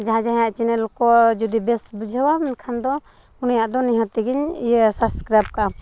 ᱡᱟᱦᱟᱸᱭ ᱡᱟᱦᱟᱸᱭᱟᱜ ᱪᱮᱱᱮᱞ ᱠᱚ ᱡᱩᱫᱤ ᱵᱮᱥ ᱵᱩᱡᱷᱟᱹᱣᱟᱢ ᱢᱮᱱᱠᱷᱟᱱ ᱫᱚ ᱩᱱᱤᱭᱟᱜ ᱫᱚ ᱱᱤᱦᱟᱹᱛᱜᱤᱧ ᱤᱭᱟᱹᱭᱟ ᱥᱟᱵᱥᱠᱨᱟᱭᱤᱵᱽ ᱠᱟᱜᱼᱟ